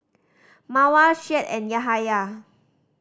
Mawar Syed and Yahaya